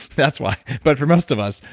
that's why. but for most of us,